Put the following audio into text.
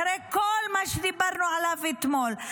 אחרי כל מה שדיברנו עליו אתמול,